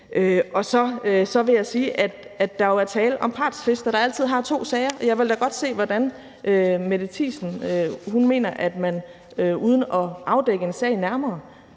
Så vil jeg sige, at der jo er tale om partstvister, der altid har to parter. Jeg ville da godt høre, hvordan Mette Thiesen mener at man uden at afdække en sag nærmere